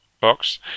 box